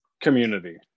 community